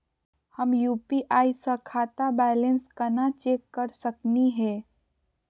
हम यू.पी.आई स खाता बैलेंस कना चेक कर सकनी हे?